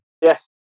Yes